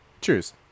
Cheers